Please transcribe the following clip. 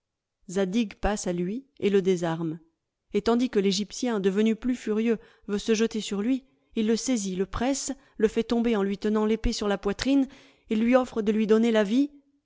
passe à lui et le désarme et tandis que l'egyptien devenu plus furieux veut se jeter sur lui il le saisit le presse le fait tomber en lui tenant l'épée sur la poitrine il lui offre de lui donner la vie